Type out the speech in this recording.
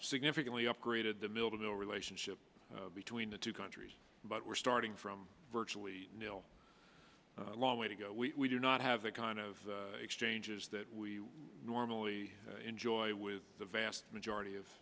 significantly upgraded the mil to mil relationship between the two countries but we're starting from virtually nil a long way to go we do not have the kind of exchanges that we normally enjoyed with the vast majority of